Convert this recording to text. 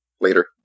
later